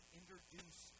introduce